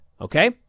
okay